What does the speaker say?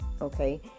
Okay